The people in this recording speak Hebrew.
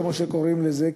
כמו שקוראים לזה,